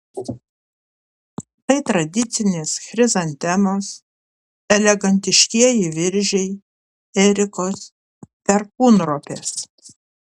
tai tradicinės chrizantemos elegantiškieji viržiai erikos perkūnropės